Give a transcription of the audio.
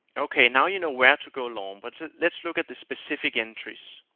ok. now you know where to go long. but let's look at the specific entries.